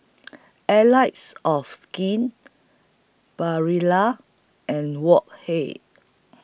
Allies of Skin Barilla and Wok Hey